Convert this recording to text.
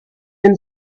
and